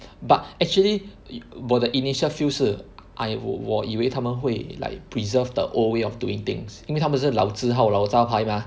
but actually it 我的 initial feel 是 I 我我以为它们会 like preserve the old way of doing things 因为它们是老字号老招牌吗